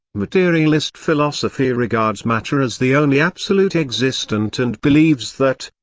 materialist philosophy regards matter as the only absolute existent and believes that,